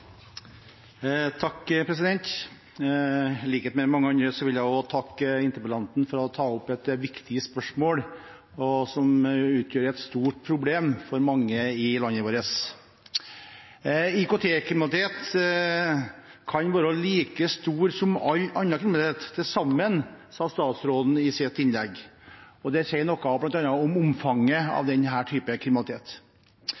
I likhet med mange andre vil jeg takke interpellanten for å ta opp et viktig spørsmål som utgjør et stort problem for mange i landet vårt. IKT-kriminaliteten kan være like stor som all annen kriminalitet til sammen, sa statsråden i sitt innlegg. Det sier noe om omfanget av